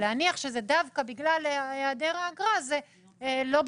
להניח שזה דווקא בגלל היעדר האגרה, זה לא.